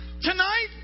tonight